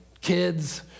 kids